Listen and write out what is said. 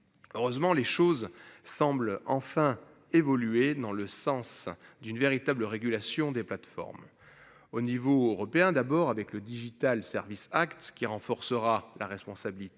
Heureusement, les choses semblent enfin évoluer dans le sens d'une véritable régulation des plateformes. Au niveau européen d'abord avec le Digital Service Act qui renforcera la responsabilité